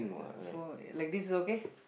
so like this is okay